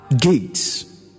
gates